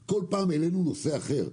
כל פעם העלינו נושא אחר.